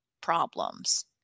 problems